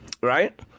right